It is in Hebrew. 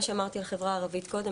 מה שאמרתי על החברה הערבית קודם,